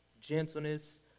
gentleness